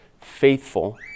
faithful